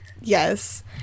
yes